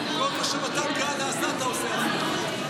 כל מה שמתן כהנא עשה אתה עושה הפוך.